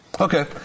Okay